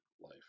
life